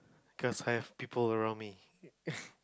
cause I have people around me